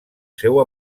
seu